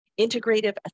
Integrative